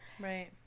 right